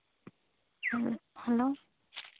ᱦᱮᱸ ᱦᱮᱞᱳ